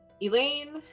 Elaine